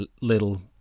little